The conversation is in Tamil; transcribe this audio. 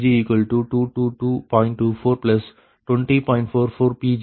44 Pg0